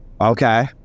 okay